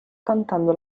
cantando